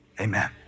Amen